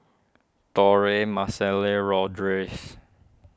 Torey Mellisa Lourdes